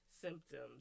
symptoms